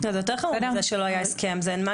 זה לא